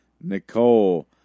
Nicole